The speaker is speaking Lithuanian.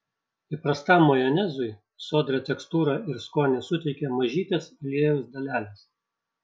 įprastam majonezui sodrią tekstūrą ir skonį suteikia mažytės aliejaus dalelės